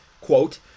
quote